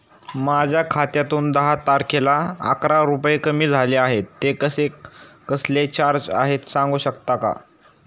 माझ्या खात्यातून दहा तारखेला अकरा रुपये कमी झाले आहेत ते कसले चार्जेस आहेत सांगू शकता का?